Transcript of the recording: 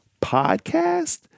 Podcast